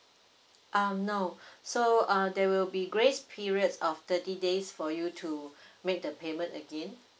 um no so uh there will be grace periods of thirty days for you to make the payment again